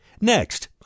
next